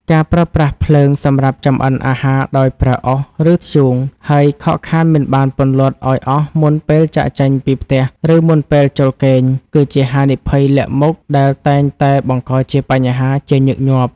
ការប្រើប្រាស់ភ្លើងសម្រាប់ចម្អិនអាហារដោយប្រើអុស ឬធ្យូង ហើយខកខានមិនបានពន្លត់ឱ្យអស់មុនពេលចាកចេញពីផ្ទះ ឬមុនពេលចូលគេង គឺជាហានិភ័យលាក់មុខដែលតែងតែបង្កជាបញ្ហាជាញឹកញាប់។